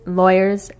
lawyers